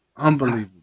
Unbelievable